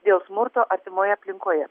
dėl smurto artimoje aplinkoje